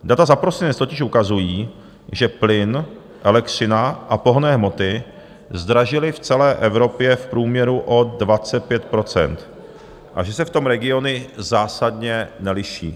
Data za prosinec totiž ukazují, že plyn, elektřina a pohonné hmoty zdražily v celé Evropě v průměru o 25 % a že se v tom regiony zásadně neliší.